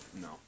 No